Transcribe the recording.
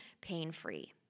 pain-free